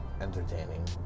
entertaining